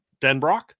Denbrock